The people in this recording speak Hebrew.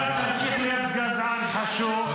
אתה תמשיך גזען חשוך,